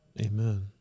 amen